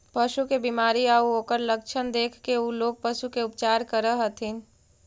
पशु के बीमारी आउ ओकर लक्षण देखके उ लोग पशु के उपचार करऽ हथिन